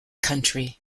country